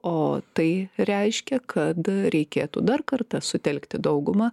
o tai reiškia kad reikėtų dar kartą sutelkti daugumą